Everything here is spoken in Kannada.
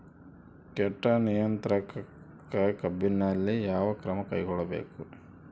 ಕೇಟ ನಿಯಂತ್ರಣಕ್ಕಾಗಿ ಕಬ್ಬಿನಲ್ಲಿ ಯಾವ ಕ್ರಮ ಕೈಗೊಳ್ಳಬೇಕು?